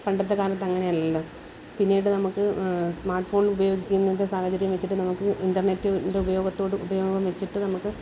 പണ്ടത്തെ കാലത്ത് അങ്ങനെ അല്ലല്ലോ പിന്നീട് നമുക്ക് സ്മാർട്ട് ഫോൺ ഉപയോഗിക്കുന്നതിൻ്റെ സാഹചര്യം വച്ചിട്ട് നമുക്ക് ഇൻറ്റർനെറ്റ് ൻ്റെ ഉപയോഗത്തോട് ഉപയോഗം വച്ചിട്ട് നമുക്ക്